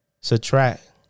subtract